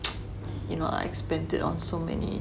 you know I spent it on so many